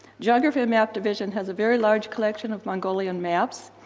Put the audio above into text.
geography and map division has a very large collection of mongolian maps,